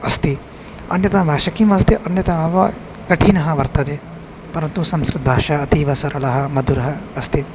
अस्ति अन्यता भाषा किम् अस्ति अन्यथा वा कठिनः वर्तते परन्तु संस्कृतभाषा अतीवसरलः मधुरः अस्ति